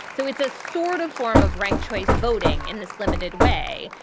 so it's a sort of form of ranked choice voting in this limited way.